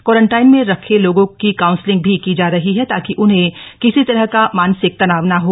quarantine में रख लोगों की काउंसलिग भी की जा रही है ताकि उन्हें किसी तरह का मानसिक तनाव ना हो